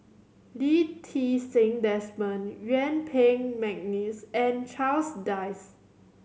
Lee Ti Seng Desmond Yuen Peng McNeice and Charles Dyce